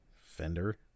Fender